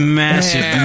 massive